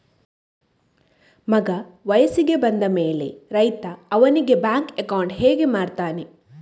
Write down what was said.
ಮಗ ವಯಸ್ಸಿಗೆ ಬಂದ ಮೇಲೆ ರೈತ ಅವನಿಗೆ ಬ್ಯಾಂಕ್ ಅಕೌಂಟ್ ಹೇಗೆ ಮಾಡ್ತಾನೆ?